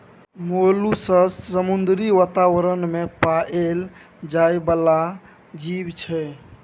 molluscs समुद्री बातावरण मे पाएल जाइ बला जीब छै